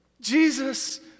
Jesus